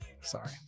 Sorry